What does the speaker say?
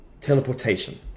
teleportation